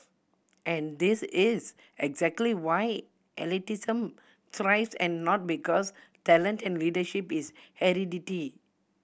and this is exactly why elitism thrives and not because talent and leadership is hereditary